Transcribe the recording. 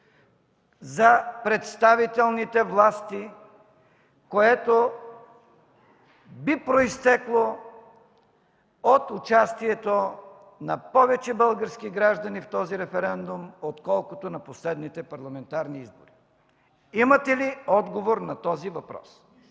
за представителните власти, което би произтекло от участието на повече български граждани в този референдум, отколкото на последните парламентарни избори? Имате ли отговор на този въпрос?